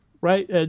right